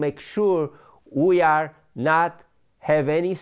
make sure we are not have any